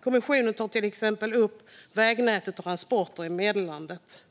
Kommissionen tar till exempel upp vägnätet och transporter i meddelandet.